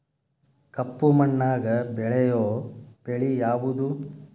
ಕಪ್ಪು ಮಣ್ಣಾಗ ಬೆಳೆಯೋ ಬೆಳಿ ಯಾವುದು?